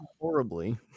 horribly